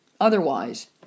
Otherwise